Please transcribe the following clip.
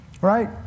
right